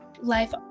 life